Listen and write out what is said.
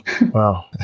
Wow